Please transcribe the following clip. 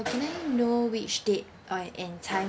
can I know which date uh and time